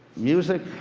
music,